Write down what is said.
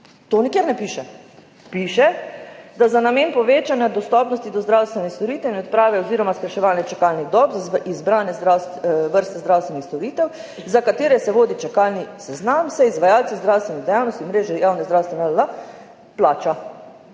To nikjer ne piše. Piše, da se za namen povečane dostopnosti do zdravstvenih storitev in odprave oziroma skrajševanja čakalnih dob za izbrane vrste zdravstvenih storitev, za katere se vodi čakalni seznam, izvajalcem zdravstvene dejavnosti v mreži javne zdravstvene /…/ plača.